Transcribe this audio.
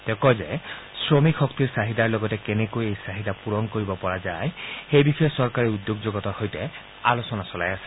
তেওঁ কয় যে শ্ৰমিক শক্তিৰ চাহিদাৰ লগতে কেনেকৈ এই চাহিদা পূৰণ কৰিব পৰা যায় সেই বিষয়ে চৰকাৰে উদ্যোগ জগতৰ সৈতে আলোচনা চলাই আছে